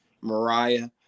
mariah